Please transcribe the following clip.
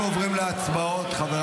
אנחנו עוברים להצבעות בקריאה שנייה,